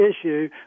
issue